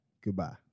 goodbye